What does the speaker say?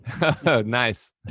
Nice